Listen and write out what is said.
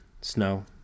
snow